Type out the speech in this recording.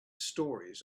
stories